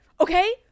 Okay